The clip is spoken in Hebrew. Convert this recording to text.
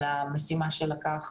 על המשימה שלקחת,